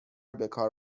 بکار